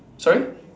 sorry